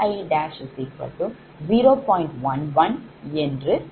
11 என்று இருக்கிறது